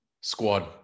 squad